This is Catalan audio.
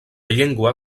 llengua